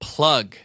Plug